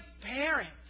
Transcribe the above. parents